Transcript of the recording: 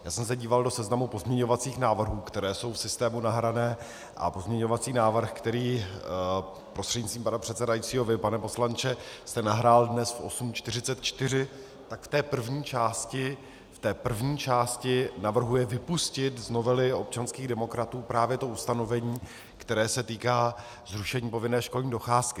Já jsem se díval do seznamu pozměňovacích návrhů, které jsou v systému nahrané, a pozměňovací návrh, který prostřednictvím pana předsedajícího vy, pane poslanče, jste nahrál dnes v 8.44, tak v té první části navrhuje vypustit z novely občanských demokratů právě to ustanovení, které se týká zrušení povinné školní docházky.